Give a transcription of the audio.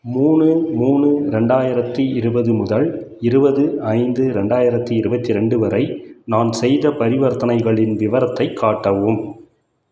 மூணு மூணு ரெண்டாயிரத்து இருபது முதல் இருபது ஐந்து ரெண்டாயிரத்து இருபத்தி ரெண்டு வரை நான் செய்த பரிவர்த்தனைகளின் விவரத்தை காட்டவும்